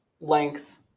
length